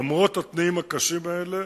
למרות התנאים הקשים האלה,